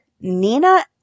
Nina